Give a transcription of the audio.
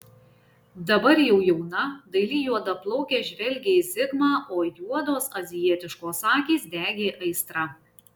dabar jau jauna daili juodaplaukė žvelgė į zigmą o juodos azijietiškos akys degė aistra